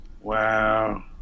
Wow